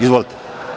Izvolite.